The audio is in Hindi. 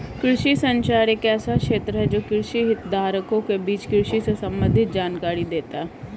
कृषि संचार एक ऐसा क्षेत्र है जो कृषि हितधारकों के बीच कृषि से संबंधित जानकारी देता है